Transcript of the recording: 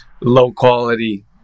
low-quality